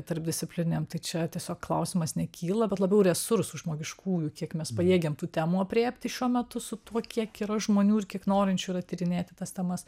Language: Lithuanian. tarpdisciplininėm tai čia tiesiog klausimas nekyla bet labiau resursų žmogiškųjų kiek mes pajėgiam tų temų aprėpti šiuo metu su tuo kiek yra žmonių ir kiek norinčių yra tyrinėti tas temas